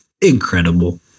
Incredible